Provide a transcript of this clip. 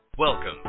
Welcome